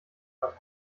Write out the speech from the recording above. hat